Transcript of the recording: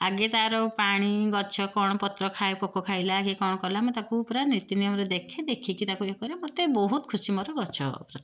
ଆଗେ ତାର ପାଣି ଗଛ କ'ଣ ପତ୍ର ଖାଏ ପୋକ ଖାଇଲା କି କ'ଣ କଲା ମୁଁ ତାକୁ ପୁରା ନୀତି ନିୟମରେ ଦେଖେ ଦେଖିକି ତାକୁ ଇଏ କରେ ମୋତେ ବହୁତ ଖୁସି ମୋର ଗଛ ପ୍ରତି